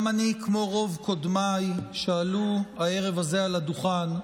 גם אני, כמו רוב קודמיי שעלו הערב הזה על הדוכן,